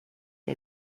jäi